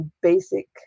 Basic